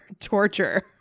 torture